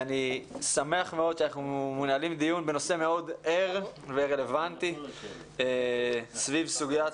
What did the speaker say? אני שמח מאוד שאנחנו מנהלים דיון בנושא מאוד ער ורלוונטי סביב סוגיית